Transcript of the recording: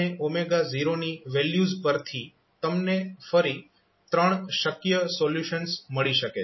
અને 0 ની વેલ્યુઝ પરથી તમને ફરી ત્રણ શક્ય સોલ્યુશન્સ મળી શકે છે